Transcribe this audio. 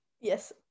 Yes